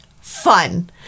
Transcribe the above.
fun